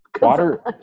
Water